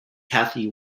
cathy